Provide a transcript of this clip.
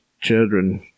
children